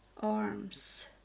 arms